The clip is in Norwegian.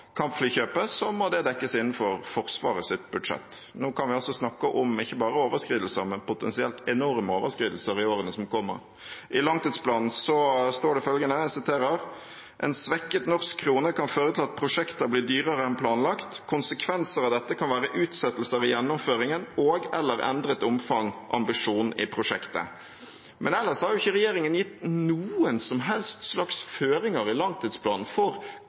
kampflykjøpet, må det dekkes innenfor Forsvarets budsjett. Nå kan vi altså snakke om ikke bare overskridelser, men potensielt enorme overskridelser i årene som kommer. I langtidsplanen står det følgende: «En svekket norsk krone kan føre til at prosjekter blir dyrere enn planlagt. Konsekvenser av dette kan være utsettelser i gjennomføringen og/eller endret omfang/ambisjon i prosjektet.» Men ellers har jo ikke regjeringen gitt noen som helst slags føringer i langtidsplanen for